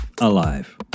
alive